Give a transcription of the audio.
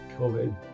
COVID